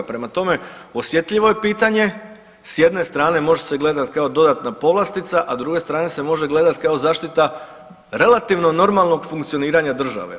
Prema tome, osjetljivo je pitanje s jedne strane može se gledat kao dodatna povlastica, a s druge strane se može gledat kao zaštita relativno normalnog funkcioniranja države.